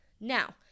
Now